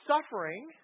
Suffering